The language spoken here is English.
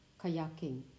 Kayaking